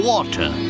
Water